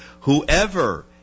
Whoever